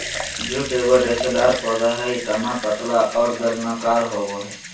jute एगो रेशेदार पौधा हइ तना पतला और बेलनाकार होबो हइ